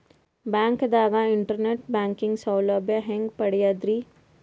ಬ್ಯಾಂಕ್ದಾಗ internet banking ಸೌಲಭ್ಯ ಹೆಂಗ್ ಪಡಿಯದ್ರಿ?